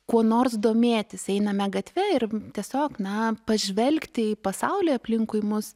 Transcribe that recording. kuo nors domėtis einame gatve ir tiesiog na pažvelgti į pasaulį aplinkui mus